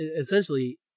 essentially